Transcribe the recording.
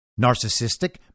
Narcissistic